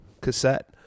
cassette